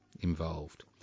involved